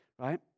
right